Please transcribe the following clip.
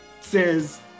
says